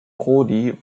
prodi